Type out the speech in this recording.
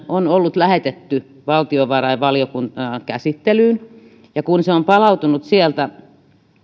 on lähetetty valtiovarainvaliokunnan käsittelyyn ja kun se on palautunut sieltä